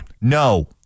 No